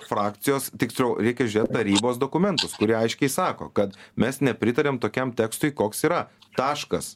frakcijos tiksliau reikia žiūrėt tarybos dokumentus kurie aiškiai sako kad mes nepritariam tokiam tekstui koks yra taškas